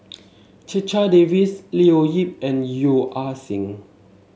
Checha Davies Leo Yip and Yeo Ah Seng